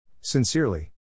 Sincerely